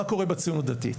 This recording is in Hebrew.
מה קורה בציונות הדתית?